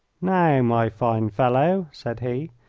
now, my fine fellow, said he,